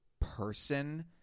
person